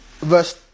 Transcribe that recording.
verse